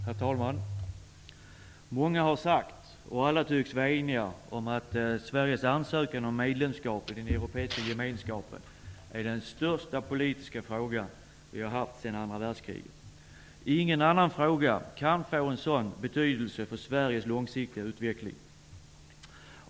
Herr talman! Många har sagt, och alla tycks vara eniga om detta, att Sveriges ansökan om medlemskap i den europeiska gemenskapen är den största politiska frågan för oss sedan andra världskriget. Ingen annan fråga kan få sådan betydelse för Sveriges långsiktiga utveckling.